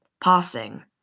Passing